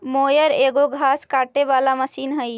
mower एगो घास काटे वाला मशीन हई